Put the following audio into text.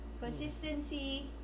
consistency